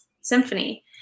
symphony